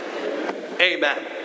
Amen